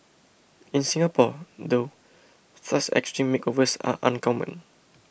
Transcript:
in Singapore though such extreme makeovers are uncommon